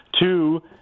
two